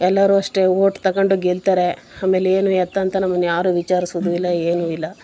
ಎಲ್ಲರೂ ಅಷ್ಟೆ ಓಟ್ ತಗೊಂಡು ಗೆಲ್ತಾರೆ ಆಮೇಲೆ ಏನು ಎತ್ತ ಅಂತ ನಮ್ಮನ್ನ ಯಾರೂ ವಿಚಾರಿಸೋದು ಇಲ್ಲ ಏನು ಇಲ್ಲ